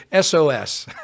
SOS